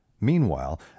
meanwhile